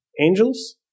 angels